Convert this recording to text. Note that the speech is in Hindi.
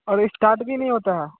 और स्टार्ट भी नहीं होता